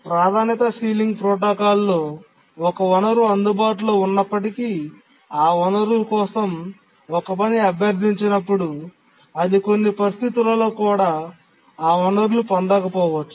ప్రాధాన్యత సీలింగ్ ప్రోటోకాల్లో ఒక వనరు అందుబాటులో ఉన్నప్పటికీ ఆ వనరు కోసం ఒక పని అభ్యర్థించినప్పుడు అది కొన్ని పరిస్థితులలో కూడా ఆ వనరులు పొందకపోవచ్చు